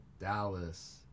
Dallas